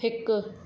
हिकु